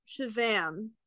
Shazam